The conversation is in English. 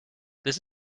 this